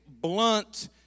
blunt